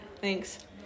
Thanks